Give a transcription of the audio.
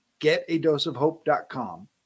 getadoseofhope.com